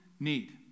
Need